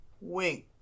wink